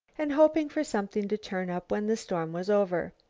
and hoping for something to turn up when the storm was over.